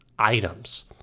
items